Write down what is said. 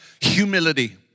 humility